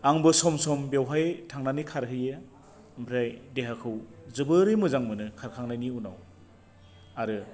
आंबो सम सम बेवहाय थांनानै खारहैयो ओमफ्राय देहाखौ जोबोरै मोजां मोनो खारखांनायनि उनाव आरो